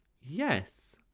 yes